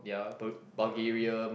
ya bu~ Bulgarium